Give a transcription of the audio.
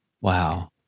Wow